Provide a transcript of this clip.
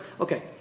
Okay